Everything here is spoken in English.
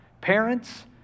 Parents